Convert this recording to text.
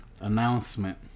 announcement